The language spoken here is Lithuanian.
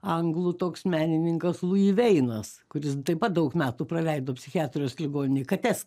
anglų toks menininkas luji veinas kuris taip pat daug metų praleido psichiatrijos ligoninėj kates